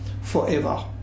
forever